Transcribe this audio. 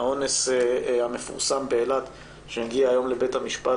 האונס המפורסם באילת שהגיע היום לבית המשפט,